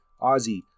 Ozzy